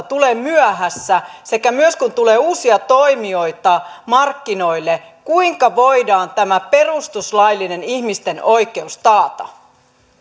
tulee myöhässä sekä myös kun tulee uusia toimijoita markkinoille kuinka voidaan tämä perustuslaillinen ihmisten oikeus taata